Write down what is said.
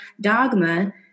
dogma